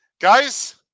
Guys